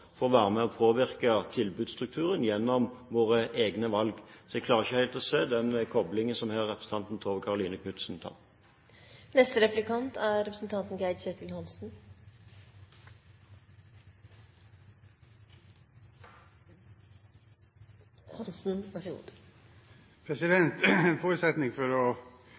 oss får være med og påvirke tilbudsstrukturen gjennom våre egne valg. Så jeg klarer ikke helt å se den koblingen som representanten Tove Karoline Knutsen her foretar. Forutsetningen for å